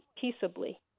peaceably